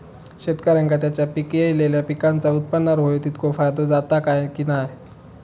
शेतकऱ्यांका त्यांचा पिकयलेल्या पीकांच्या उत्पन्नार होयो तितको फायदो जाता काय की नाय?